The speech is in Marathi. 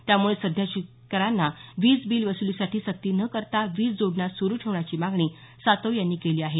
त्यामुळे सध्या शेतकऱ्यांना वीजबिल वसुलीसाठी सक्ती न करता वीज जोडण्या स़्रु ठेवण्याची मागणी सातव यांनी केली आहे